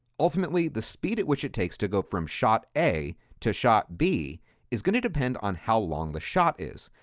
ultimately, the speed at which it takes to go from shot a to shot b is going to depend on how long the shot is.